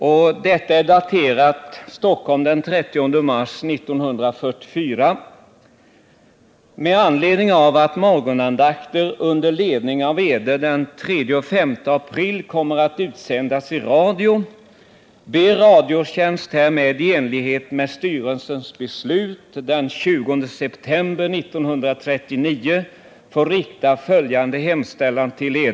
Brevet är daterat Stockholm den 30 mars 1944 och lyder: ”Med anledning av att morgonandakter under ledning av Eder den 3-5 april kommer att utsändas i radio, ber Radiotjänst härmed i enlighet med styrelsens beslut den 20 september 1939 få rikta följande hemställan till Eder.